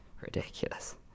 ridiculous